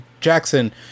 Jackson